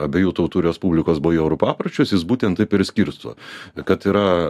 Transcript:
abiejų tautų respublikos bajorų papročius jis būtent taip ir skirsto kad yra